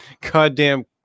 goddamn